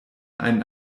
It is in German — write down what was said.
einen